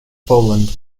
poland